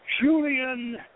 Julian